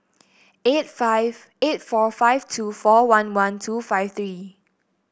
eight five eight four five two four one one two five three